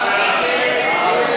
הצעת סיעת העבודה